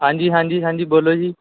ਹਾਂਜੀ ਹਾਂਜੀ ਹਾਂਜੀ ਬੋਲੋ ਜੀ